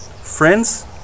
friends